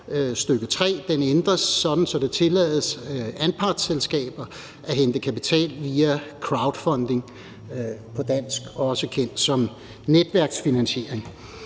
stk. 3, ændres, sådan at det tillades anpartsselskaber at hente kapital via crowdfunding, på dansk også kendt som netværksfinansiering.